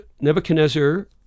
Nebuchadnezzar